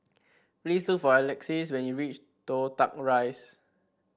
please look for Alexis when you reach Toh Tuck Rise